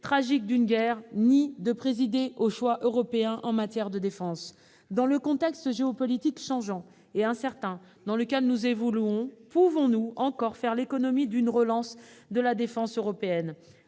tragique d'une guerre ni de présider aux choix européens en matière de défense. Dans le contexte géopolitique changeant et incertain dans lequel nous vivons, pouvons-nous encore faire l'économie d'une relance de la défense européenne ?